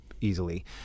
easily